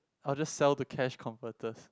I'll just sell to Cash Converters